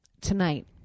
tonight